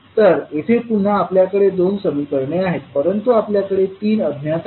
तर येथे पुन्हा आपल्याकडे दोन समीकरणे आहेत परंतु आपल्याकडे 3 अज्ञात आहेत